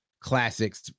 classics